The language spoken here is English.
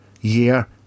year